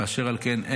ואשר על כן,